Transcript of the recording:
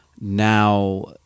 now